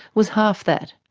was half that.